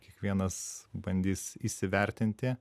kiekvienas bandys įsivertinti